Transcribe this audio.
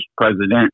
president